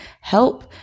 help